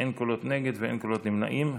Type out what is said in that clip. אין קולות נגד ואין קולות נמנעים.